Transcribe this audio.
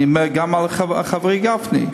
אני אומר גם על חברי גפני,